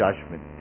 judgment